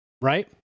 right